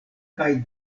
kaj